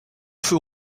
feu